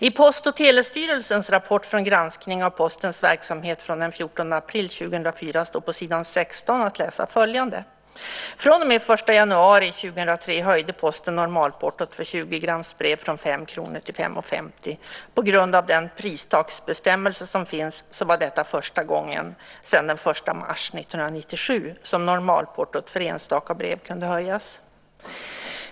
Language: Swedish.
I Post och telestyrelsens rapport från granskning av Postens verksamhet från den 14 april 2004 står på s. 16 följande att läsa: Från och med den 1 januari 2003 höjde Posten normalportot för 20-gramsbrev från 5 kr till 5:50 kr. På grund av den pristaksbestämmelse som finns var detta första gången sedan den 1 mars 1997 som normalportot för enstaka brev kunde höjas.